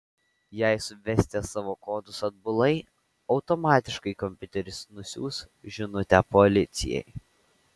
jei suvesite savo kodus atbulai automatiškai kompiuteris nusiųs žinutę policijai